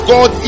God